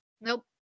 nope